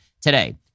today